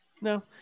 no